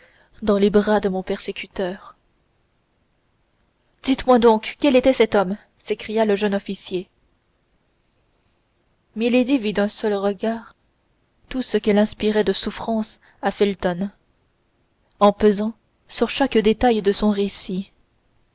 dans les bras de mon persécuteur dites-moi donc quel était cet homme s'écria le jeune officier milady vit d'un seul regard tout ce qu'elle inspirait de souffrance à felton en pesant sur chaque détail de son récit